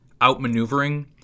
outmaneuvering